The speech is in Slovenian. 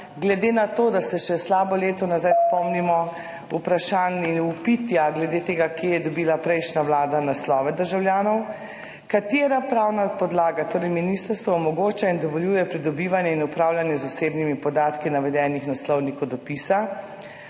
glede na to, da se še slabo leto nazaj spomnimo vprašanj in vpitja glede tega, kje je dobila prejšnja vlada naslove državljanov? Katera pravna podlaga ministrstvu omogoča in dovoljuje pridobivanje in upravljanje z osebnimi podatki navedenih naslovnikov dopisa?